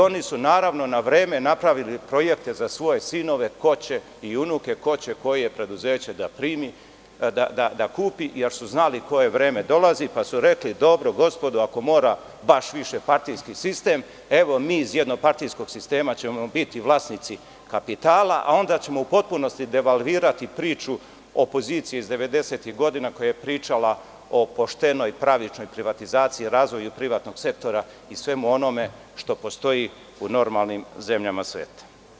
Oni su naravno na vreme napravili projekte za svoje sinove i unuke ko će koje preduzeće da kupi, jer su znali koje vreme dolazi, pa su rekli – dobro gospodo ako mora baš višepartijski sistem, evo mi iz jednopartijskog sistema ćemo biti vlasnici kapitala, a onda ćemo u potpunosti devalvirati priču opozicije iz 90-ih godina koja je pričala o poštenoj, pravičnoj privatizaciji, razvoju privatnog sektora i svemu onome što postoji u normalnim zemljama sveta.